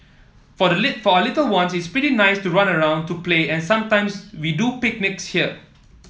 for the little for our little one it's pretty nice to run around to play and sometimes we do picnics here